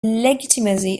legitimacy